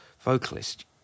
vocalist